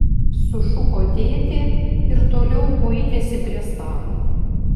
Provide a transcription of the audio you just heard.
sušuko tėtė ir toliau kuitėsi prie stalo